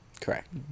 Correct